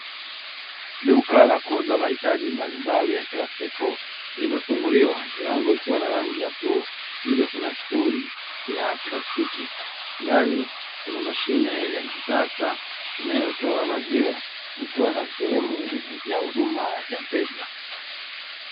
Duka la kuuza mahitaji mbalimbali ya kila siku limefunguliwa, milango ikiwa na rangi ya bluu, nje Kuna stuli ya plastiki, ndani kuna mashine ya kisasa inayotoa maziwa ikiwa na sehemu ya huduma ya pesa.